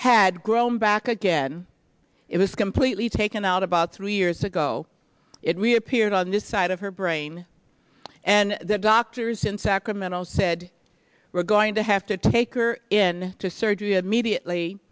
had grown back again it was completely taken out about three years ago it reappeared on this side of her brain and the doctors in sacramento said we're going to have to take her in to surgery at mediately